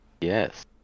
Yes